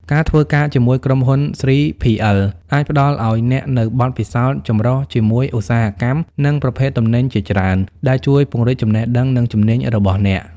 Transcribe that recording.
ការធ្វើការជាមួយក្រុមហ៊ុន 3PL អាចផ្តល់ឱ្យអ្នកនូវបទពិសោធន៍ចម្រុះជាមួយឧស្សាហកម្ម និងប្រភេទទំនិញជាច្រើន ដែលជួយពង្រីកចំណេះដឹង និងជំនាញរបស់អ្នក។